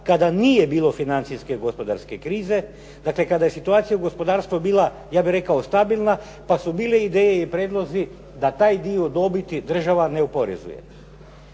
kada nije bilo financijske gospodarske krize. Dakle, kada je situacija u gospodarstvu bila ja bih rekao stabilna, pa su bile ideje i prijedlozi da taj dio dobiti država ne oporezuje.